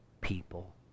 people